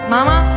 Mama